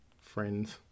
friends